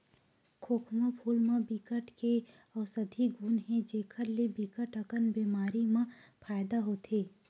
खोखमा फूल म बिकट के अउसधी गुन हे जेखर ले बिकट अकन बेमारी म फायदा होथे